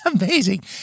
amazing